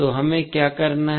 तो हमें क्या करना है